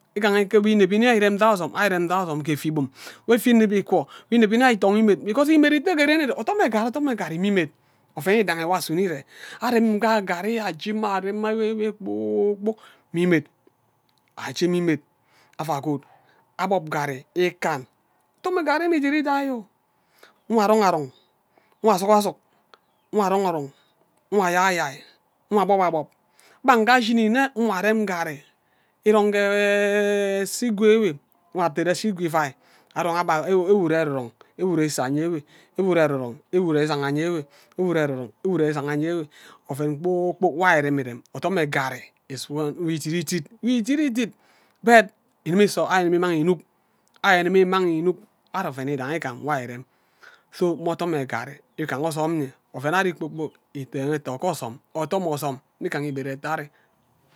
Igaha eke kpi inebi nne ari rem ja ke ozam ari irem ja ke ozo ke efiai iburu mme ke ikwo inebi nne ari itogor imed ari itogor imed because imed ite ke ren ire odom mme garri odom mme garri mme imed oven idangi nwo asuno ire arem gha garri aje mma arem enwe kpor kpok imed aje mma imed ava gwud akpopb ngarri ikan odom mme ngarri amie idiri idai yo nkwa arong arong nkwa zuk azuk nkwa arong arong nkwa ayai ayai nkwa akpob akpob gba nke ashini nne nkwa arem ngarri irong esa-igwe enwe nkwa apere esa igwe ivai arong enwe ure eneng erong enwe ure usan any enwe enwe ure ererong enwe ure usan anye enwe oven kpor kpok nwe ari irem irem odom mme garri idit idit bat igim ari igimi imang innuk ari igim imang innuk ari oven nwe idangi igam nwo ari irem so mme odom mme ngarri igaha ozom enye oven ari kpor kpok iteng etho ke ozom odom ozom mme igaha igbed etho ari